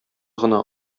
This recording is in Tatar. гына